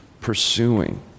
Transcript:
pursuing